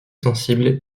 sensible